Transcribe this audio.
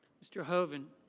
mr. hoven.